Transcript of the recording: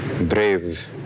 brave